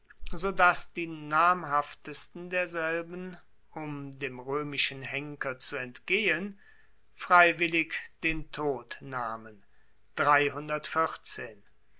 dass die namhaftesten derselben um dem roemischen henker zu entgehen freiwillig den tod nahmen